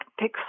pick